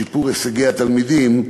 שיפור הישגי התלמידים,